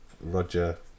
Roger